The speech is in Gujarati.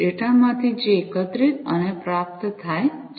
ડેટામાંથી જે એકત્રિત અને પ્રાપ્ત થાય છે